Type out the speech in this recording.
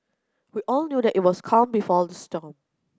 we all knew that it was calm before the storm